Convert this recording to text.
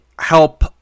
help